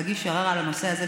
להגיש ערר על הנושא הזה,